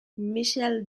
michel